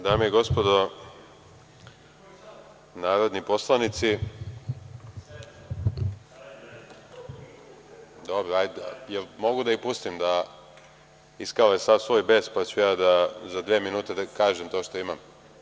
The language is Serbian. Dame i gospodo narodni poslanici, jel mogu da ih pustim da iskale sav svoj bes pa ću ja za dve minute da kažem to što imam?